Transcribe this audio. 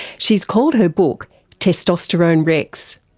she's called her book testosterone rex.